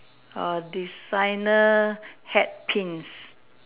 oh designer hat Pins